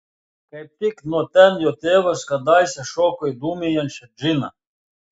kaip tik nuo ten jo tėvas kadaise šoko į dūmijančią džiną